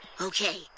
Okay